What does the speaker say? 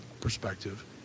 perspective